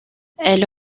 elle